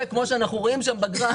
וכמו שאנחנו בגרף,